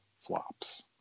flops